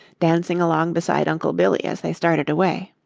dancing along beside uncle billy as they started away.